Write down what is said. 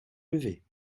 levée